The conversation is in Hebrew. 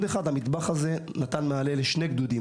אחד והמטבח הזה נתן מענה לשני גדודים.